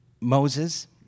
Moses